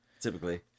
typically